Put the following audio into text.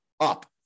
up